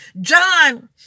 John